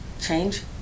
change